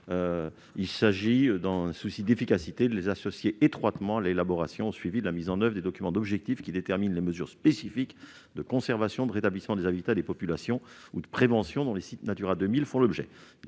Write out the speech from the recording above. Il s'agit, dans un souci d'efficacité, de les associer étroitement à l'élaboration et au suivi de la mise en oeuvre des documents d'objectifs qui déterminent les mesures spécifiques de prévention, de conservation et de rétablissement des habitats et des populations, dont les sites Natura 2000 font l'objet.